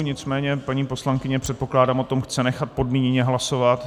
Nicméně paní poslankyně, předpokládám, o tom chce nechat podmíněně hlasovat.